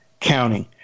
counting